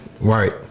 Right